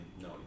no